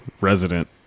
resident